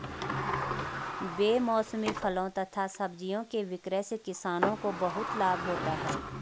बेमौसमी फलों तथा सब्जियों के विक्रय से किसानों को बहुत लाभ होता है